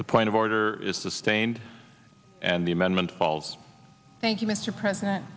the point of order is the stand and the amendment falls thank you mr president